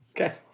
okay